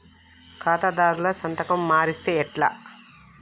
ఖాతాదారుల సంతకం మరిస్తే ఎట్లా?